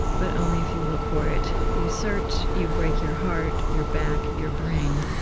but only if you look for it. you search, you break your heart, your back, your brain,